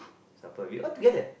supper we all together